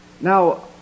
Now